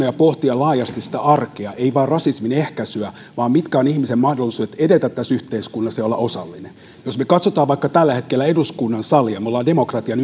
ja pohtia sitä laajasti ei vain rasismin ehkäisyä vaan sitä mitkä ovat ihmisen mahdollisuudet edetä tässä yhteiskunnassa ja olla osallinen jos me katsomme vaikka tällä hetkellä eduskunnan salia me olemme demokratian